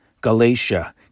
Galatia